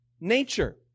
nature